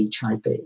HIV